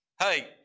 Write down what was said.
hey